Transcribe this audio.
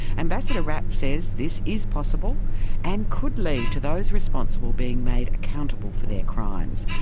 ambassador rapp says this is possible and could lead to those responsible being made accountable for their crimes.